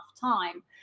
time